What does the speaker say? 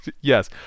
Yes